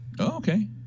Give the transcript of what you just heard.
okay